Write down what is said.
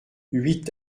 huit